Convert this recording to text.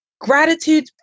Gratitude